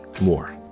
more